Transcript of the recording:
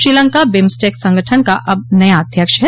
Sri Lanka BIMSTEC संगठन का अब नया अध्यक्ष है